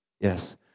Yes